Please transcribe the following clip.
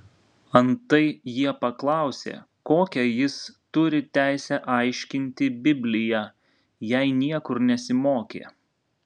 antai jie paklausė kokią jis turi teisę aiškinti bibliją jei niekur nesimokė